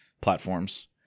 platforms